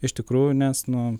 iš tikrųjų nes nu